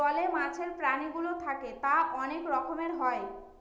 জলে মাছের প্রাণীগুলো থাকে তা অনেক রকমের হয়